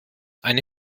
eine